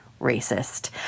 racist